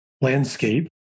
landscape